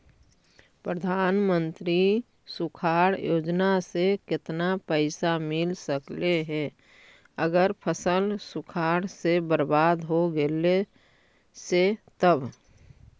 प्रधानमंत्री सुखाड़ योजना से केतना पैसा मिल सकले हे अगर फसल सुखाड़ से बर्बाद हो गेले से तब?